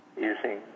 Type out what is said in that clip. using